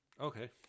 Okay